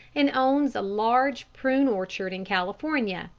and owns a large prune-orchard in california,